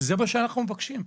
זה מה שאנחנו מבקשים.